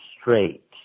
straight